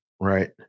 Right